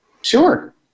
Sure